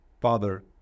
Father